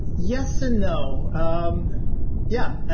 yes and no. um yeah yeah,